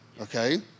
okay